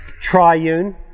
triune